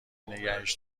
نگهش